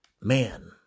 man